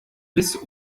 bis